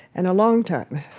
and a long time.